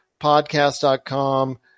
Podcast.com